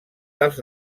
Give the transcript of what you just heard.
dels